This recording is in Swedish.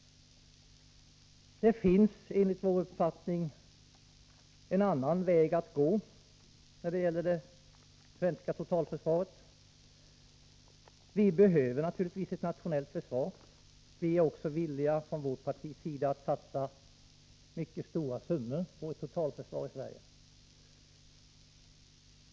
Det finns enligt vår uppfattning en annan väg att gå när det gäller det svenska totalförsvaret. Vi behöver naturligtvis ett nationellt försvar. Vi är från vårt partis sida också villiga att satsa mycket stora summor på ett totalförsvar i Sverige.